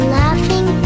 laughing